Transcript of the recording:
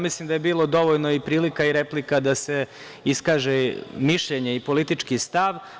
Mislim da je bilo dovoljno i prilika i replika da se iskaže mišljenje i politički stav.